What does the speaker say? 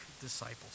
disciples